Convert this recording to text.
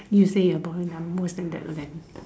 you say a boy lah mostly that would be better